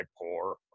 poor